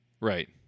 Right